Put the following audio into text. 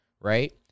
right